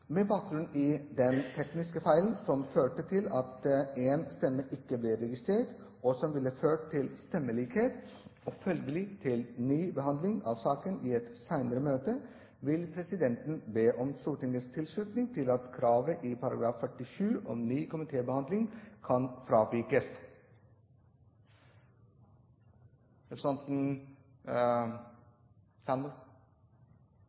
Med bakgrunn i den tekniske feilen som førte til at en stemme ikke ble registrert, og som ville ført til stemmelikhet og følgelig til ny behandling av saken i et senere møte, vil presidenten be om Stortingets tilslutning til at kravet i § 47 om ny komitébehandling kan fravikes. – Representanten